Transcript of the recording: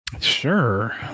Sure